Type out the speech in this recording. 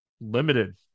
limited